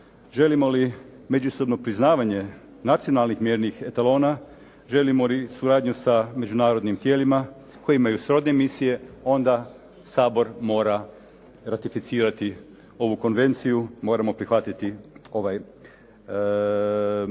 želimo li međusobno priznavanje nacionalnih mjernih etalona, želimo li suradnju sa međunarodnim tijelima koji imaju srodne misije, onda Sabor mora ratificirati ovu konvenciju, moramo prihvatiti ovaj zakon.